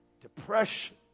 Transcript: depression